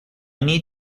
need